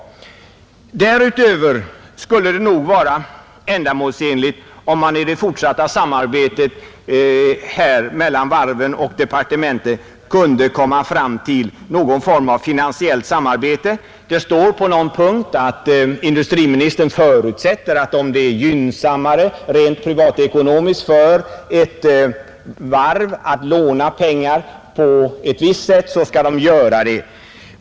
Därutöver skulle det vara ändamålsenligt om man i det fortsatta samarbetet mellan varven och departementet kunde komma fram till någon form av finansiellt samarbete. Det står på någon punkt att industriministern förutsätter att om det är gynnsammare rent privatekonomiskt för ett varv att låna pengar på ett visst sätt skall varvet göra det.